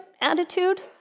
attitude